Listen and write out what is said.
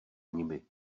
nimi